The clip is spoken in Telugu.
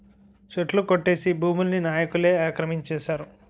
చెట్లు కొట్టేసి భూముల్ని నాయికులే ఆక్రమించేశారు